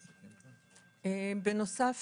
בנוסף,